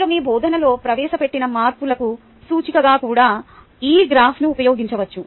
మీరు మీ బోధనలో ప్రవేశపెట్టిన మార్పులకు సూచికగా కూడా ఈ గ్రాఫ్ను ఉపయోగించవచ్చు